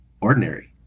ordinary